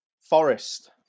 Forest